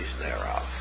thereof